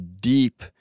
deep